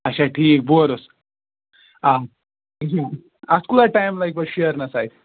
اچھا ٹھیٖک بورُس آ یہِ اَتھ کوٗتاہ ٹایِم لگہِ پَتہٕ شیرنَس اَسہِ